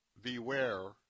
beware